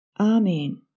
Amen